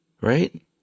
right